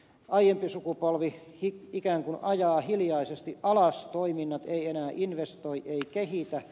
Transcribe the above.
aiempi sukupolvi ikään kuin ajaa hiljaisesti alas toiminnat ei enää investoi ei kehitä